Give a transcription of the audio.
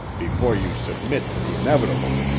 before you submit to the inevitable,